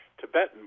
Tibetan